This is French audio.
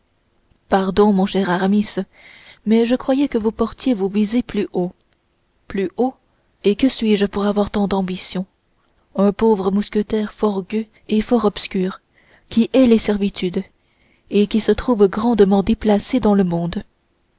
pardon mon cher aramis mais je croyais que vous portiez vos visées plus haut plus haut et que suis-je pour avoir tant d'ambition un pauvre mousquetaire fort gueux et fort obscur qui hait les servitudes et se trouve grandement déplacé dans le monde